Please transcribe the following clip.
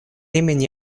имени